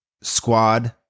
squad